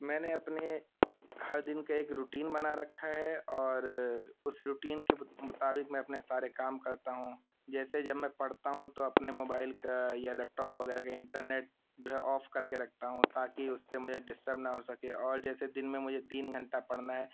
میں نے اپنے ہر دن کا ایک روٹین بنا رکھا ہے اور اس روٹین کے مطابق میں اپنے سارے کام کرتا ہوں جیسے جب میں پڑھتا ہوں تو اپنے موبائل کا یا لیپ ٹاپ وغیرہ کا انٹر نیٹ جو ہے آف کر کے رکھتا ہوں تاکہ اس سے مجھے ڈسٹرب نہ ہو سکے اور جیسے دن میں مجھے تین گھنٹہ پڑھنا ہے